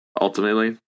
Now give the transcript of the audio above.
ultimately